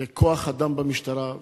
לכוח אדם במשטרה?